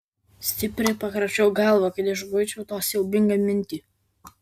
stipriai pakračiau galvą kad išguičiau tą siaubingą mintį